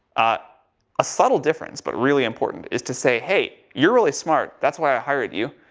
ah a subtle difference but really important is to say, hey, you're really smart, that's why i hired you.